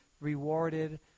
rewarded